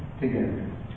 together